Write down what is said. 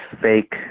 fake